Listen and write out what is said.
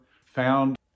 found